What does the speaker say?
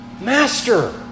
Master